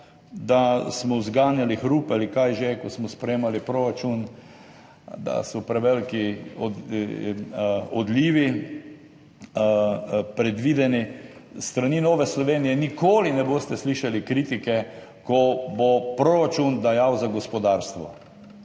da smo zganjali hrup ali kaj že, ko smo sprejemali proračun, da so predvideni preveliki odlivi, s strani Nove Slovenije nikoli ne boste slišali kritike, ko bo proračun dajal za gospodarstvo.